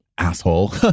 Asshole